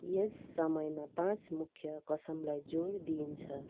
यस समयमा पाँच मुख्य कसमलाई जोड दिइन्छ